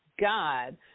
God